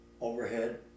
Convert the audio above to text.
overhead